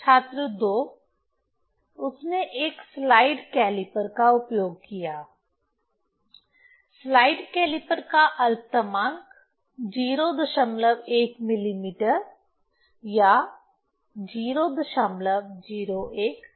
छात्र 2 उसने एक स्लाइड कैलीपर्स का उपयोग किया स्लाइड कैलिपर्स का अल्पतमांक 01 मिलीमीटर या 001 सेंटीमीटर है